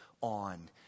on